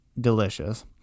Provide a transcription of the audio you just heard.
delicious